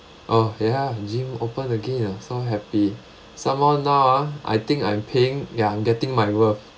oh ya gym open again ah so happy some more now ah I think I'm paying ya I'm getting my worth